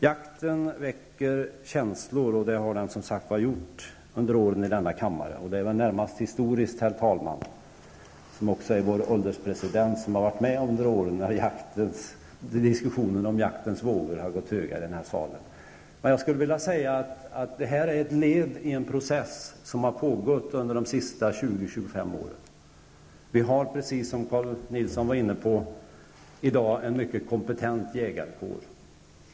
Jakten väcker känslor, och det har den gjort under åren i denna kammare. Det är väl historiskt, herr talman, som också är vår ålderspresident och som har varit med under åren när diskussionens vågor har gått höga i den här salen när det gäller jakten. Det är ett led i en process som har pågått under de senaste 20--25 åren. Vi har, precis som Carl G Nilsson var inne på, en mycket kompetent jägarkår i dag.